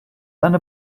eine